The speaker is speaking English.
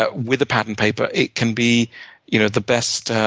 ah with a pad and paper, it can be you know the best